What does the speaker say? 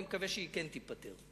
אני מקווה שהיא כן תיפתר,